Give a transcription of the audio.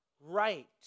right